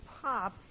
Pop